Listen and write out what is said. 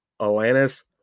Alanis